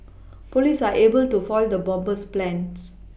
police are able to foil the bomber's plans